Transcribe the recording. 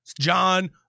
John